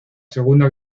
segunda